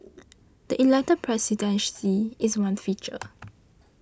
the elected presidency is one feature